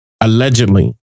allegedly